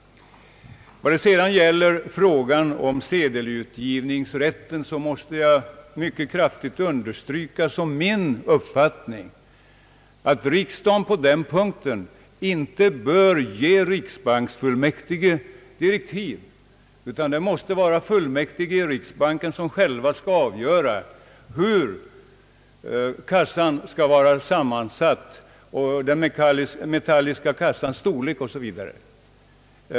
Vad det sedan gäller frågan om sedelutgivningsrätten måste jag som min uppfattning understryka, att riksdagen på den punkten inte bör ge riksbanksfullmäktige direktiv, utan det måste vara fullmäktige i riksbanken som själva skall avgöra hur kassan skall vara sammansatt, den metalliska kassans storlek osv.